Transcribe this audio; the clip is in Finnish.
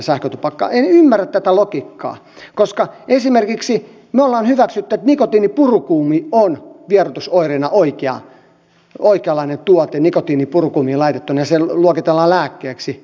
en ymmärrä tätä logiikkaa koska me olemme esimerkiksi hyväksyneet että nikotiinipurukumi on vieroitusoireeseen oikeanlainen tuote nikotiini purukumiin laitettuna ja se luokitellaan lääkkeeksi